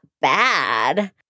bad